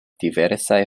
diversaj